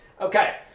okay